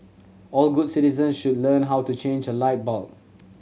all good citizens should learn how to change a light bulb